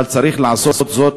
אבל צריך לעשות זאת